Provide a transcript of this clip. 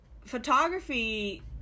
photography